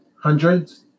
hundreds